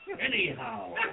Anyhow